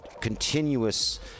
continuous